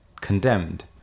condemned